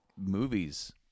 movies